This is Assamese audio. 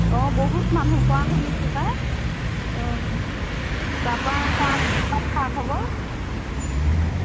অঁ বহুত মানুহ কোৱা শুনিছোঁ পায় তাৰাপা